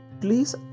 please